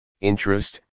interest